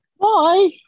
Bye